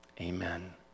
amen